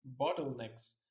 bottlenecks